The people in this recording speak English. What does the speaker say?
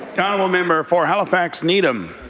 the honourable member for halifax needham.